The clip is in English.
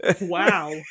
wow